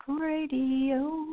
Radio